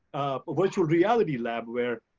ah virtual reality lab where,